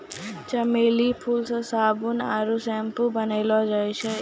चमेली फूल से साबुन आरु सैम्पू बनैलो जाय छै